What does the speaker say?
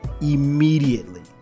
immediately